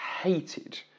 hated